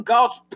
God's